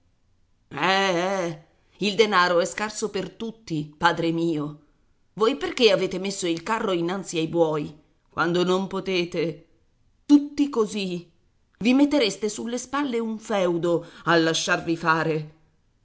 eh il denaro è scarso per tutti padre mio voi perché avete messo il carro innanzi ai buoi quando non potete tutti così i mettereste sulle spalle un feudo a lasciarvi fare